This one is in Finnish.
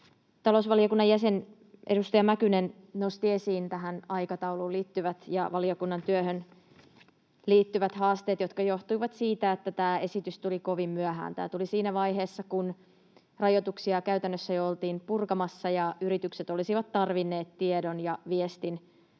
Talousvaliokunnan jäsen, edustaja Mäkynen nosti esiin tähän aikatauluun ja valiokunnan työhön liittyvät haasteet, jotka johtuivat siitä, että tämä esitys tuli kovin myöhään. Tämä tuli siinä vaiheessa, kun rajoituksia käytännössä jo oltiin purkamassa, ja yritykset olisivat tarvinneet tiedon ja viestin